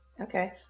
Okay